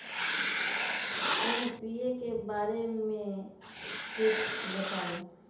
NPK बारे म कुछ बताई?